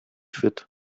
fit